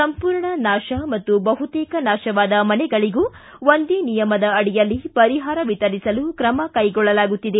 ಸಂಪೂರ್ಣ ನಾಶ ಮತ್ತು ಬಹುತೇಕ ನಾಶವಾದ ಮನೆಗಳಗೂ ಒಂದೇ ನಿಯಮದ ಅಡಿಯಲ್ಲಿ ಪರಿಹಾರ ವಿತರಿಸಲು ಕ್ರಮ ಕೈಗೊಳ್ಳಲಾಗುತ್ತಿದೆ